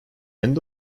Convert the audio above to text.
end